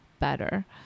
better